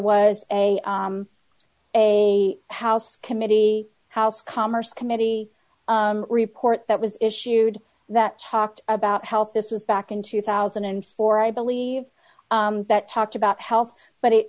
was a a house committee house commerce committee report that was issued that chalked about health this was back in two thousand and four i believe that talked about health but it